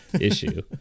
issue